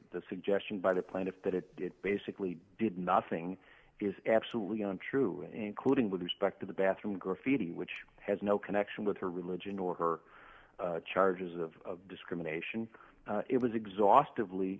the suggestion by the plaintiff that it basically did nothing is absolutely untrue including with respect to the bathroom graffiti which has no connection with her religion or her charges of discrimination it was exhaustive